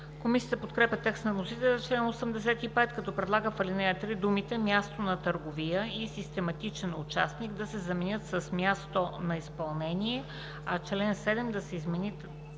Комисията подкрепя текста на вносителя за чл. 85, като предлага в ал. 3 думите „място на търговия и систематичен участник” да се заменят с „място на изпълнение”, а ал. 7 да се измени